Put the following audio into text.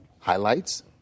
Highlights